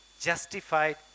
justified